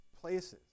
places